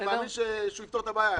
אני הבנתי שהוא יפתור את הבעיה.